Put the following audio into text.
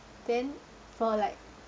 then for like